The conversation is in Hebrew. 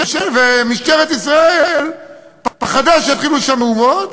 ומשטרת ישראל פחדה שיתחילו שם מהומות,